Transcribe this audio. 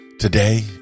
Today